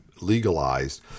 legalized –